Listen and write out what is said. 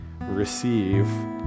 receive